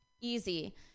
easy